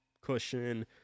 cushion